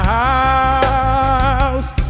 house